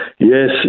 Yes